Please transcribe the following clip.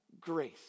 grace